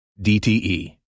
DTE